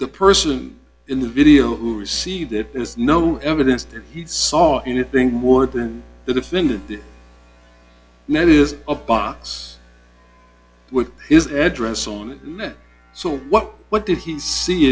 the person in the video who received it there is no evidence that he saw anything more than the defendant net is a box with his address on it meant so what what did he see